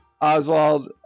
Oswald